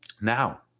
Now